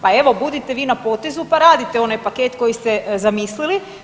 Pa evo budite vi na potezu pa radite onaj paket koji ste zamislili.